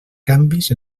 canvis